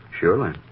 Surely